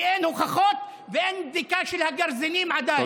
כי אין הוכחות ואין בדיקה של הגרזינים עדיין.